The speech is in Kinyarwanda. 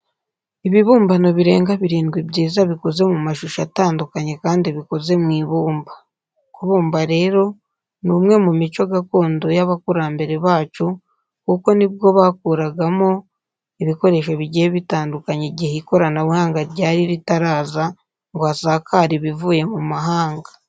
Ibibumbano birenga birindwi byiza bikoze mu mashusho atandukanye kandi bikoze mu ibumba. Kubumba rero ni umwe mu mico gakondo y'abakurambere bacu kuko ni bwo bakuragamo ibikoresho bigiye bitandukanye igihe ikoranabuhanga ryari ritaraza ngo hasakare ibivuye mu mahanga.